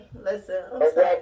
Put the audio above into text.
listen